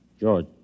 George